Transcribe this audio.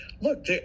look